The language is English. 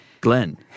Glenn